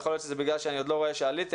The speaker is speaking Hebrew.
יכול להיות שזה בגלל שאני לא רואה שעליתם.